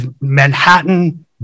Manhattan